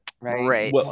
right